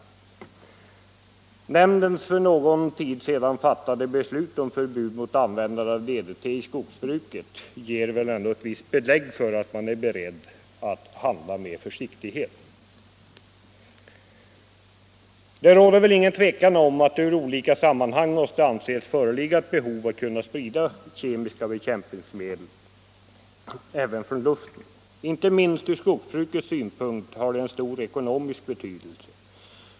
Nämndens för någon tid sedan fattade beslut om förbud mot användande av DDT i skogsbruket ger belägg för att man är beredd att handla med försiktighet. Det råder väl ingen tvekan om att det ur olika synpunkter måste anses föreligga ett behov av att kunna sprida kemiska bekämpningsmedel från luften. Inte minst ur skogsbrukets synpunkt har det stor ekonomisk betydelse.